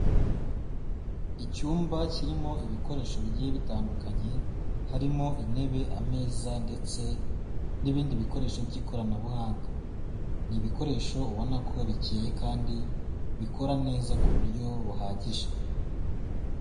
Icyumba kirimo ibikoresho bigiye bitandukanye, harimo intebe, ameza ndetse n'ibindi bikoresho by'ikoranabuhanga. Ni ibikoresho ubona ko bikeye kandi bikora neza ku buryo buhagije.